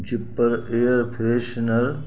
zipper air freshener